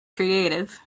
creative